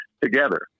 together